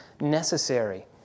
necessary